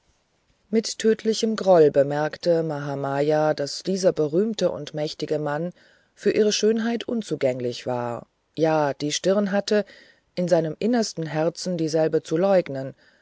mit tödlichem groll bemerkte mahamaya daß dieser berühmte und mächtige mann für ihre schönheit unzugänglich war ja die stirn hatte in seinem innersten herzen dieselbe zu leugnen